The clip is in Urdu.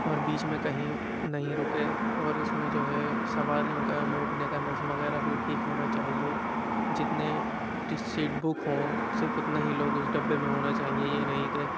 اور بیچ میں کہیں نہیں رکے اور اس میں جو ہے سواریوں کا بیٹھنے کا نظم وغیرہ بھی ٹھیک ہونا چاہیے جتنے ٹی سیٹ بک ہوں صرف اتنے ہی لوگ اس ڈبے میں ہونا چاہیے یہ نہیں کہ